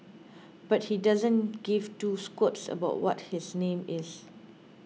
but he doesn't give two squirts about what his name is